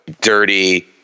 Dirty